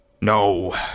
No